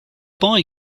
boy